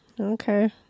Okay